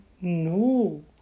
No